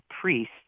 priest